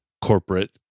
Corporate